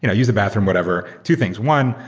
you know used the bathroom, whenever. two things, one,